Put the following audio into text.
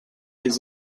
his